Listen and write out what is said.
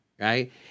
right